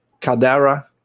Kadara